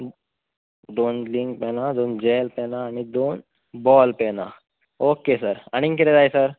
दोन इंक पेनां दोन जेल पेलां आनी दोन बोल पेनां ओके सर आनीक किदे जाय सर